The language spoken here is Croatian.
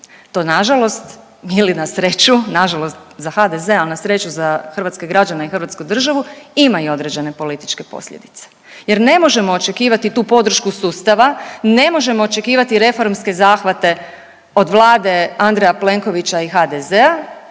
to nažalost nije li na sreću nažalost za HDZ, al na sreću za hrvatske građane i hrvatsku državu ima i određene političke posljedice jer ne možemo očekivati tu podršku sustava, ne možemo očekivati reformske zahvate od Vlade Andreja Plenkovića i HDZ-a